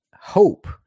hope